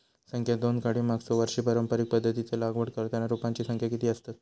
संख्या दोन काडी मागचो वर्षी पारंपरिक पध्दतीत लागवड करताना रोपांची संख्या किती आसतत?